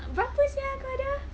berapa sia kau ada